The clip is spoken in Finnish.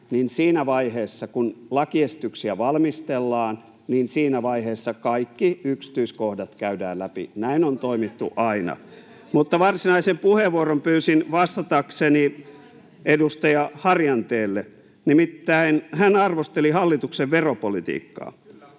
niin siinä vaiheessa, kun lakiesityksiä valmistellaan, siinä vaiheessa kaikki yksityiskohdat käydään läpi. Näin on toimittu aina. Mutta varsinaisen puheenvuoron pyysin vastatakseni edustaja Harjanteelle. Nimittäin hän arvosteli hallituksen veropolitiikkaa.